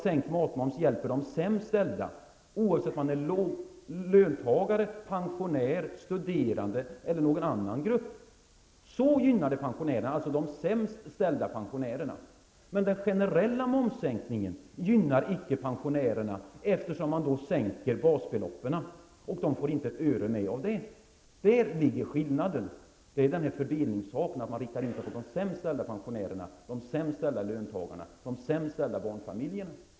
Sänkt matmoms hjälper de sämst ställda, oavsett om de är löntagare, pensionärer, studerande eller tillhör någon annan grupp. Men en generell momssänkning gynnar inte pensionärerna, eftersom man då sänker basbeloppet, något som pensionärerna inte tjänar ett öre på. Där ligger skillnaden. Det är en fördelningssak att man med sänkt matmoms riktar in sig på de sämst ställda pensionärerna, de sämst ställda löntagarna, de sämst ställda barnfamiljerna.